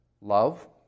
love